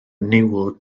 niwl